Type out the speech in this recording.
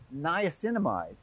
niacinamide